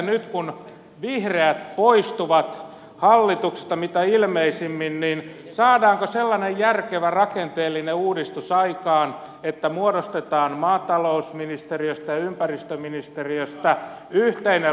nyt kun vihreät poistuvat hallituksesta mitä ilmeisimmin niin saadaanko sellainen järkevä rakenteellinen uudistus aikaan että muodostetaan maatalousministeriöstä ja ympäristöministeriöstä yhteinen luonnonvaraministeriö